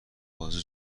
بازه